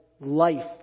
life